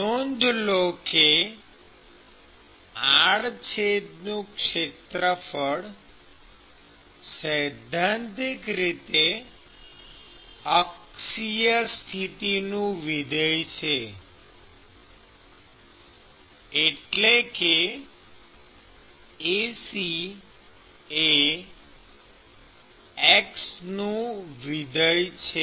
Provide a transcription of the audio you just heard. નોંધ લો કે આડછેદનું ક્ષેત્રફળ સૈદ્ધાંતિક રીતે અક્ષીય સ્થિતિનું વિધેય છે એટલે કે Ac એ x નું વિધેય છે